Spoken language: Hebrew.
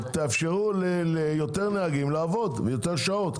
אבל תאפשרו ליותר נהגים לעבוד יותר שעות,